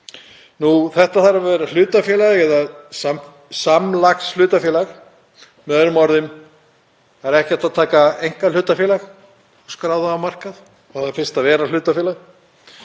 Þetta þarf að vera hlutafélag eða samlagshlutafélag. Með öðrum orðum er ekki hægt að taka einkahlutafélag og skrá það á markað, það þarft fyrst að vera hlutafélag